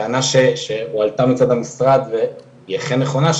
הטענה שהועלתה מצד המשרד היא אכן נכונה,